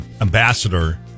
ambassador